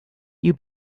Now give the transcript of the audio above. you